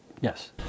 Yes